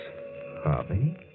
Harvey